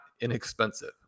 inexpensive